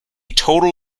total